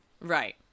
Right